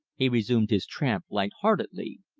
he resumed his tramp light-heartedly.